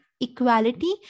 equality